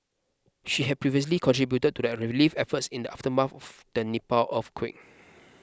she had previously contributed to the relief efforts in the aftermath the Nepal earthquake